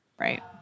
right